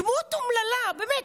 דמות אומללה, באמת.